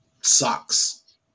sucks